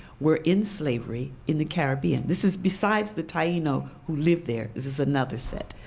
were in slavery in the caribbean. this is besides the taino who lived there, this is another set.